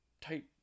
type